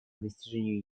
достижению